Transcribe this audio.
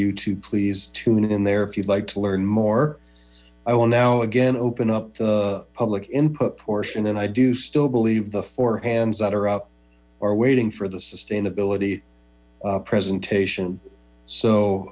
you to please tune it in there if you'd like to learn more i will now again open up the public input portion and i do still believe the four hands that are up are waiting for the sustainability presentation so